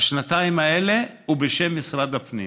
השנתיים האלה, ובשם משרד הפנים,